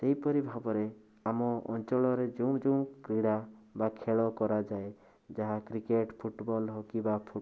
ସେଇପରି ଭାବରେ ଆମ ଅଞ୍ଚଳରେ ଯେଉଁ ଯେଉଁ କ୍ରୀଡ଼ା ବା ଖେଳ କରାଯାଏ ଯାହା କ୍ରିକେଟ ଫୁଟବଲ୍ ହକି ବା ଫୁଟ୍